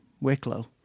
Wicklow